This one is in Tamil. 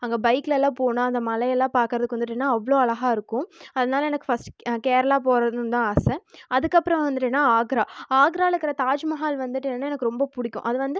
அங்கே பைக்லலாம் போனால் அந்த மலையெல்லாம் பார்க்கறதுக்கு வந்துட்டுனா அவ்வளோ அழகாக இருக்கும் அதனால் எனக்கு ஃபர்ஸ்ட் கேரளா போகறதுன்னு தான் ஆசை அதுக்கப்புறம் வந்துட்டுனா ஆக்ரா ஆக்ராலக்கற தாஜ்மஹால் வந்துவிட்டு என்னென்னா எனக்கு ரொம்ப பிடிக்கும் அது வந்து